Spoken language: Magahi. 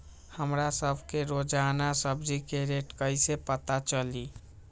हमरा सब के रोजान सब्जी के रेट कईसे पता चली?